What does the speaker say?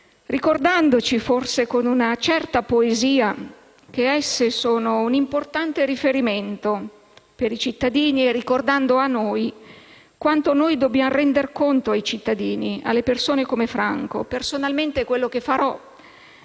ricordandoci, forse con una certa poesia, che esse sono un importante riferimento per i cittadini e ricordando anche a noi quanto dobbiamo rendere conto ai cittadini, alle persone come Franco. Personalmente è quello che farò,